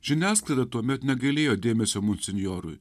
žiniasklaida tuomet negailėjo dėmesio monsinjorui